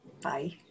Bye